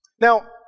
Now